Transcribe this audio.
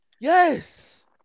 Yes